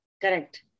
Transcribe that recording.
Correct